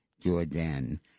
Jordan